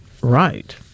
right